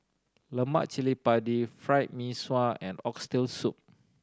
lemak cili padi Fried Mee Sua and Oxtail Soup